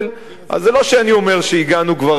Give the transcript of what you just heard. אז זה לא שאני אומר שהגענו כבר לגן-עדן,